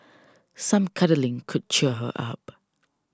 some cuddling could cheer her up